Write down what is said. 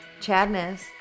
Chadness